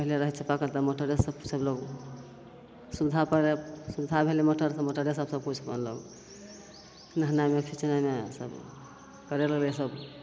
पहिले रहै चापाकल तऽ मोटरेसे सभलोक सुविधा पड़ै सुविधा भेलै मोटरके तऽ मोटरे सबसे किछु कएलक नहेनाइमे खिचनाइमे सब करै लागलै सब